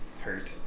hurt